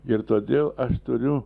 ir todėl aš turiu